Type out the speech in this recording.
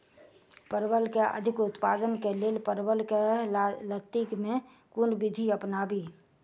परवल केँ अधिक उत्पादन केँ लेल परवल केँ लती मे केँ कुन विधि अपनाबी?